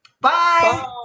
bye